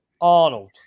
Arnold